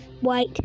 White